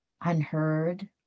unheard